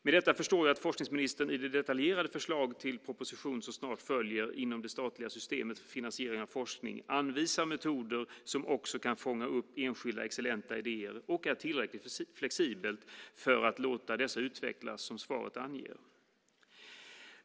Med detta förstår jag att forskningsministern i det detaljerade förslaget till propositionen, som snart följer, inom det statliga systemet för finansiering av forskning anvisar metoder som också kan fånga upp enskilda excellenta idéer och är tillräckligt flexibla för att låta dessa utvecklas, såsom svaret anger.